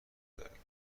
داریم